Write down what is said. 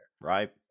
Right